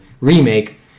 remake